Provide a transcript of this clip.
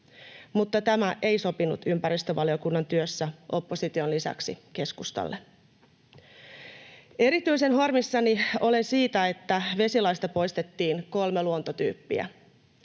Mutta tämä ei sopinut ympäristövaliokunnan työssä opposition lisäksi keskustalle. Erityisen harmissani olen siitä, että vesilaista poistettiin kolme luontotyyppiä.